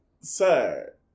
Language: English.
Sir